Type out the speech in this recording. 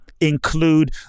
include